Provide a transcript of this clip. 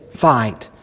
fight